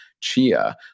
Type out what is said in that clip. chia